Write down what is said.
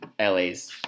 LA's